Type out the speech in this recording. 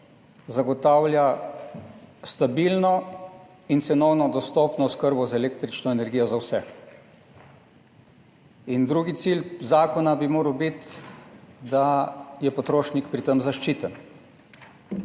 zagotavlja stabilno in cenovno dostopno oskrbo z električno energijo za vse. In drugi cilj zakona bi moral biti, da je potrošnik pri tem zaščiten.